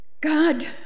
God